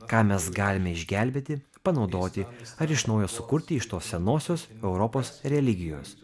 ką mes galime išgelbėti panaudoti ar iš naujo sukurti iš tos senosios europos religijos